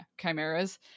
chimeras